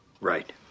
Right